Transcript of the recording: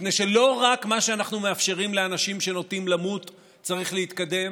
מפני שלא רק מה שאנחנו מאפשרים לאנשים שנוטים למות צריך להתקדם,